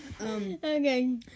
okay